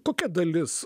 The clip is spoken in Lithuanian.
kokia dalis